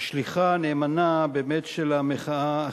השליחה הנאמנה באמת של המחאה החברתית.